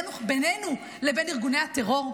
בינינו לבין ארגוני הטרור?